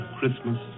Christmas